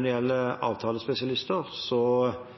det gjelder avtalespesialister, ønsker jeg også en utvidelse av den ordningen, og derfor er det